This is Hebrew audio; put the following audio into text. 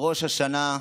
ראש השנה.